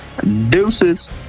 deuces